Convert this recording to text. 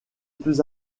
plus